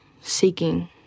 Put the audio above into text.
seeking